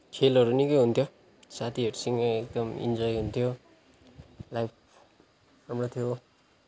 खेलहरू निकै हुन्थ्यो साथीहरूसँग एकदम इन्जोय हुन्थ्यो लाइफ राम्रो थियो